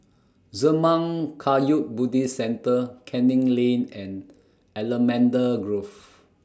Zurmang Kagyud Buddhist Centre Canning Lane and Allamanda Grove